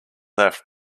left